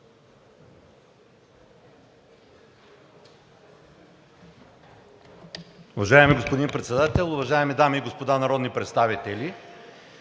Уважаеми господин председател, уважаеми дами и господа народни представители!